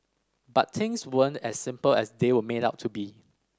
but things weren't as simple as they were made out to be